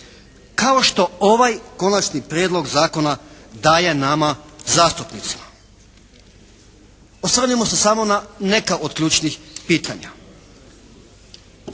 kao što ovaj Konačni prijedlog zakona daje nama zastupnicima. Osvrnimo se samo na neka od ključnih pitanja.